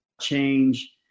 change